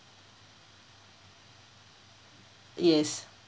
yes